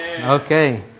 okay